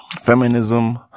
feminism